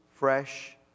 Fresh